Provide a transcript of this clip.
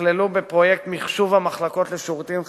נכללו בפרויקט מחשוב המחלקות לשירותים חברתיים,